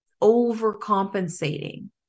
overcompensating